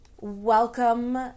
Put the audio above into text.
welcome